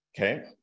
Okay